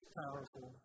powerful